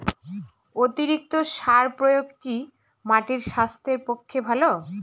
অতিরিক্ত সার প্রয়োগ কি মাটির স্বাস্থ্যের পক্ষে ভালো?